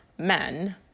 Men